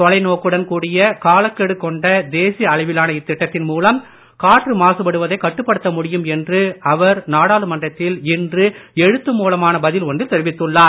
தொலைநோக்குடன் கூடிய காலகெடு கொண்ட தேசிய அளவிலான இத்திட்டத்தின் மூலம் காற்று மாசுபடுவதை கட்டுப்படுத்த முடியும் என்று அவர் நாடாளுமன்றத்தில் இன்று எழுத்து மூலமான பதில் ஒன்றில் தெரிவித்துள்ளார்